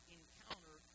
encounter